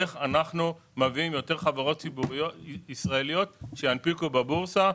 איך אנחנו מביאים יותר חברות ישראליות שינפיקו בבורסה.